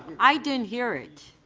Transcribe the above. i didn't hear it.